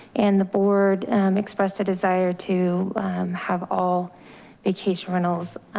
and the board expressed a desire to have all vacation rentals